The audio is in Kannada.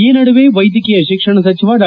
ಈ ನಡುವೆ ವೈದ್ಯಕೀಯ ಶಿಕ್ಷಣ ಸಚಿವ ಡಾ